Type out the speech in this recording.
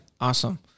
awesome